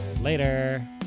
Later